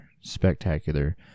Spectacular